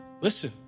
listen